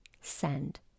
send